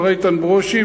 מר איתן ברושי,